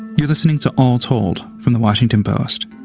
you're listening to all told from the washington post.